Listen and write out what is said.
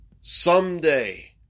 Someday